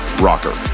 Rocker